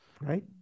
right